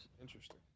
Interesting